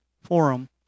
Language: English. forum